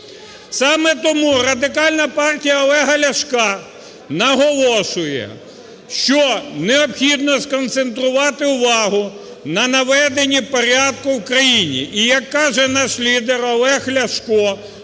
Саме тому Радикальна партія Олега Ляшка наголошує, що необхідно сконцентрувати увагу на наведенні порядку в країні. І як каже наш лідер, Олег Ляшко,